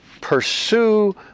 pursue